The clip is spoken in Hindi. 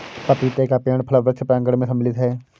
पपीते का पेड़ फल वृक्ष प्रांगण मैं सम्मिलित है